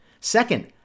Second